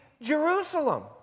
Jerusalem